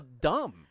dumb